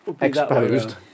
exposed